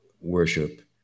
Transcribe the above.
worship